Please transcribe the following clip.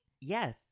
Yes